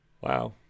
Wow